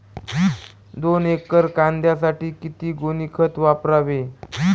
दोन एकर कांद्यासाठी किती गोणी खत वापरावे?